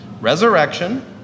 resurrection